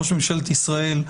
ראש ממשלת ישראל,